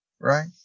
Right